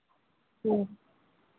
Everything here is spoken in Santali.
ᱦᱮᱸ